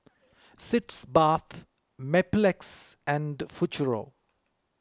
Sitz Bath Mepilex and Futuro